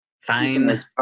Fine